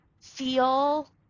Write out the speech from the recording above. feel